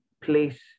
place